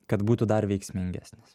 kad būtų dar veiksmingesnis